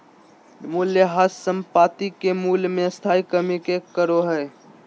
मूल्यह्रास संपाति के मूल्य मे स्थाई कमी के कहो हइ